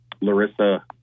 Larissa